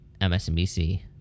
MSNBC